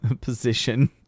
position